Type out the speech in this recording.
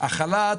החל"ת,